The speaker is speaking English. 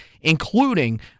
including